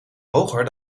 hoger